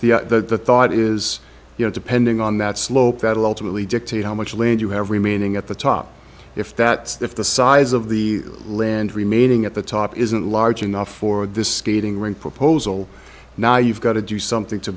l the thought is you know depending on that slope that allegedly dictate how much land you have remaining at the top if that if the size of the land remaining at the top isn't large enough for this skating rink proposal now you've got to do something to